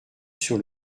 sur